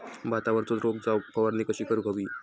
भातावरचो रोग जाऊक फवारणी कशी करूक हवी?